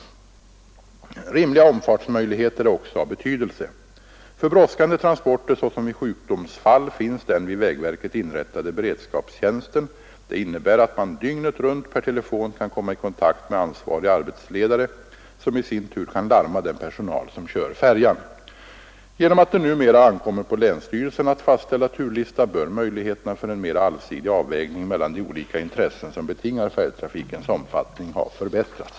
Rimliga omfartsmöjligheter är också av betydelse. För brådskande transporter såsom vid sjukdomsfall finns den vid vägverket inrättade beredskapstjänsten. Det innebär att man dygnet runt per telefon kan komma i kontakt med ansvarig arbetsledare, som i sin tur kan larma den personal som kör färjan. Genom att det numera ankommer på länsstyrelsen att fastställa turlista bör möjligheterna för en mera allsidig avvägning mellan de olika intressen som betingar färjtrafikens omfattning ha förbättrats.